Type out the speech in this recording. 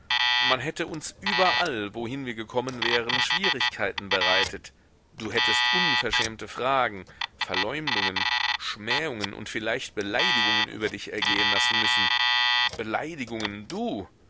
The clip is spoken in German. man hätte uns überall wohin wir gekommen wären schwierigkeiten bereitet du hättest unverschämte fragen verleumdungen schmähungen und vielleicht beleidigungen über dich ergehen lassen müssen beleidigungen du